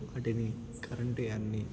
ఒకటి కరెంటు అని